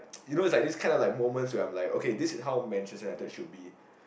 you know like this kind of like moments where I'm like okay this is how Manchester-United should be